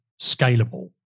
scalable